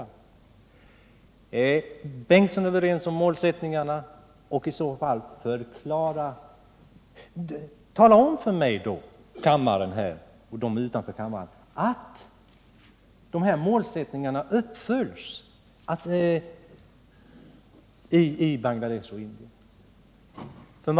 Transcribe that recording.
Om Torsten Bengtson är överens med oss om målsättningarna, förklara i så fall för mig och kammaren och dem som befinner sig utanför kammaren om dessa målsättningar uppfylls i Bangladesh och Indien.